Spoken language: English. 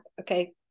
okay